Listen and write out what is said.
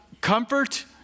comfort